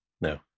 No